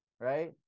right